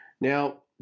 Now